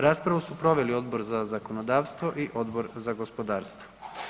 Raspravu su proveli Odbor za zakonodavstvo i Odbor za gospodarstvo.